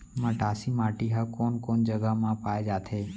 मटासी माटी हा कोन कोन जगह मा पाये जाथे?